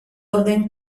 orden